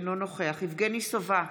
אינו נוכח יבגני סובה,